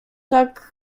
tak